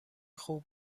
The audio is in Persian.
خوب